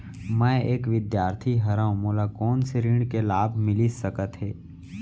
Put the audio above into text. मैं एक विद्यार्थी हरव, मोला कोन से ऋण के लाभ मिलिस सकत हे?